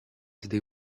they